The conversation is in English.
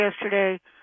yesterday